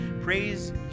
praise